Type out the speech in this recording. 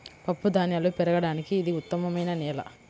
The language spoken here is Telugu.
పప్పుధాన్యాలు పెరగడానికి ఇది ఉత్తమమైన నేల